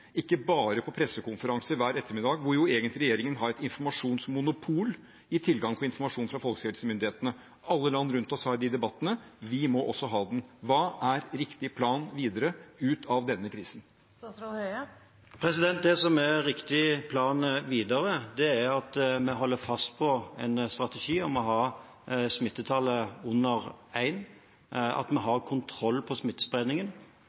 ikke bare på pressekonferanser hver ettermiddag, der jo regjeringen egentlig har informasjonsmonopol i form av tilgang på informasjon fra folkehelsemyndighetene. Alle land rundt oss har den debatten, vi må også ha den: Hva er riktig plan videre ut av denne krisen? Det som er riktig plan videre, er at vi holder fast på en strategi om å ha smittetallet under 1, at vi har kontroll på